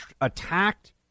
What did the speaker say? attacked